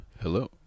Hello